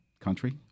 country